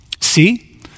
See